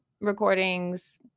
recordings